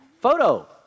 photo